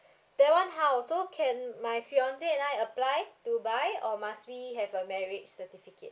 that one how also can my fiancé and I apply to buy or must we have a marriage certificate